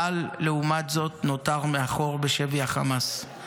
טל, לעומת זאת, נותר מאחור, בשבי חמאס.